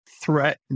threat